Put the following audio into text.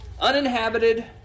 uninhabited